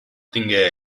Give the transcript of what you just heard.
tingué